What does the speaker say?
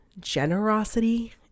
generosity